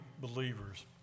believers